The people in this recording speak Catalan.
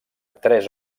tres